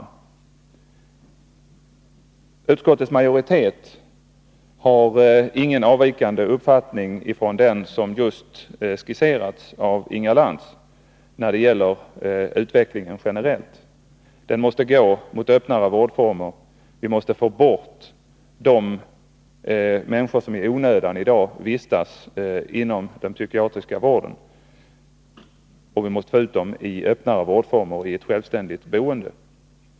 Den uppfattning som utskottsmajoriteten har avviker inte från den som Inga Lantz just skisserat när det gäller utvecklingen generellt. Den måste gå mot öppnare vårdformer. Vi måste få bort de människor som i dag i onödan vistas inom den slutna psykiatriska vården. Vi måste få ut dem i öppnare vårdformer och ett självständigare boende.